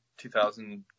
2000